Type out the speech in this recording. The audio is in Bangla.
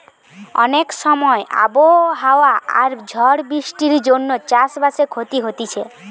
অনেক সময় আবহাওয়া আর ঝড় বৃষ্টির জন্যে চাষ বাসে ক্ষতি হতিছে